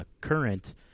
current